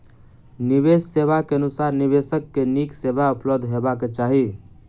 निवेश सेवा के अनुसार निवेशक के नीक सेवा उपलब्ध हेबाक चाही